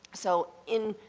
so, in